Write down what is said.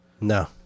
No